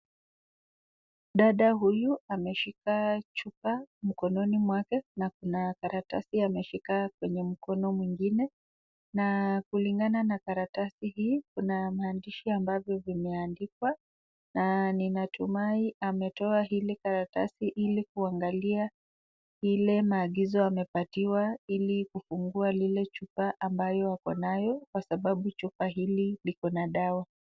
Dada huyu ameshika chupa mkononi mwake na kuna karatasi ameshika kwenye mkono mwingine na kulingana na karatasi hii kuna maandishi ambavyo vimeandikwa na ninatumai ametoa hili karatasi ili kuangalia maagizo ile amepatiwa ili kufungua ile chupa ambayo ako nayo kwa sababu chupa hili iko na dawa .